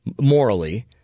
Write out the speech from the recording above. morally